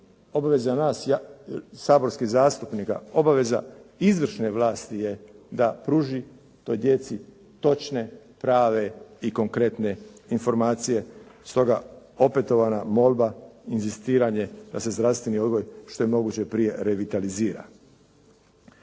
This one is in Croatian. obveza je nas saborskih zastupnika, obveza izvršne vlasti je da pruži toj djeci točne, prave i konkretne informacije. Stoga opetovana molba, inzistiranje da se zdravstveni odgoj što je moguće prije revitalizira.